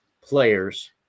players